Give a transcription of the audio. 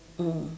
mm